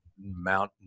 mountain